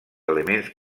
elements